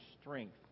strength